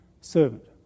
servant